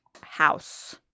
House